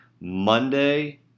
Monday